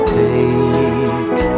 take